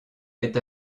est